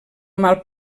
mal